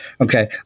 Okay